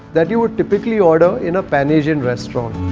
that you would typically order in a pan asian restaurant.